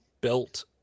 built